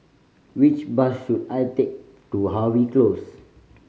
which bus should I take to Harvey Close